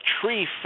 tree